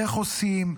איך עושים,